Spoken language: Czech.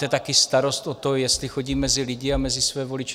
Máte taky starost o to, jestli chodím mezi lidi a mezi své voliče.